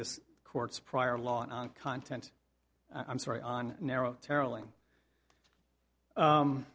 this court's prior law on content i'm sorry on narrow